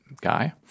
guy